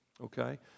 okay